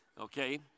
okay